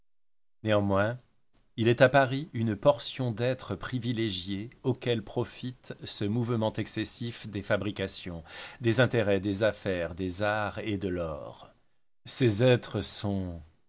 néanmoins il est à paris une portion d'êtres privilégiés auxquels profite ce mouvement excessif des fabrications des intérêts des affaires des arts et de l'or ces êtres sont